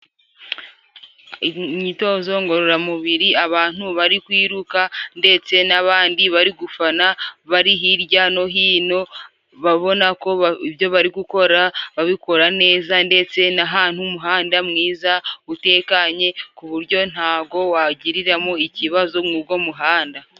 Imyitozo ngororamubiri abantu bari kwiruka ndetse n'abandi bari gufana bari hirya no hino babona ko ibyo bari gukora babikora neza ndetse n'ahantu h'umuhanda mwiza utekanye ku buryo ntago wagiriramo ikibazo mugo muhanda.